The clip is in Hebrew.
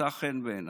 מצא חן בעיניי: